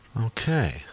Okay